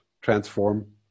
transform